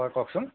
হয় কওকচোন